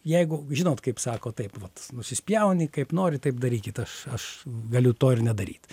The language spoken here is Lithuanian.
jeigu žinot kaip sako taip vat nusispjauni kaip norit taip darykit aš aš galiu to ir nedaryt